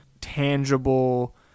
tangible